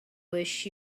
wish